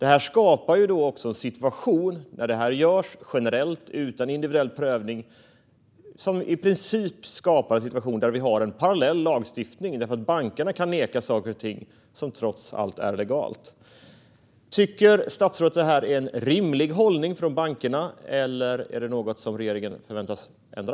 När detta sker generellt, utan individuell prövning, skapas en situation med en parallell lagstiftning därför att bankerna kan neka något som trots allt är legalt. Tycker statsrådet att det här är en rimlig hållning från bankernas sida? Eller är detta något som regeringen förväntas ändra?